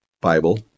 Bible